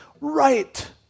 right